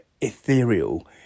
ethereal